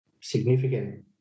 significant